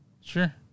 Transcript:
sure